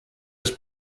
was